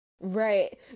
Right